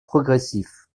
progressif